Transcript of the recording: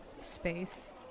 space